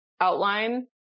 outline